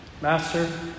Master